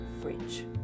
fridge